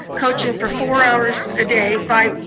coaching for four hours a day, five.